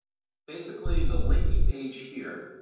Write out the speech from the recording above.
basically the linking page here,